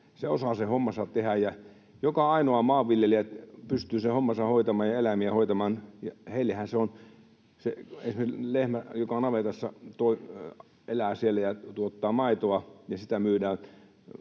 Hän osaa sen hommansa tehdä. Joka ainoa maanviljelijä pystyy sen hommansa hoitamaan ja eläimiä hoitamaan. Hänellehän esimerkiksi lehmä, joka navetassa elää ja tuottaa maitoa, jota myydään